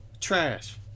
trash